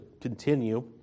continue